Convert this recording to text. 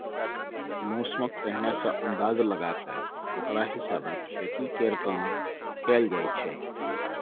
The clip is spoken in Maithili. मौसमक पहिने सँ अंदाज लगा कय ओकरा हिसाबे खेती केर काम कएल जाइ छै